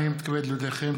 הינני מתכבד להודיעכם,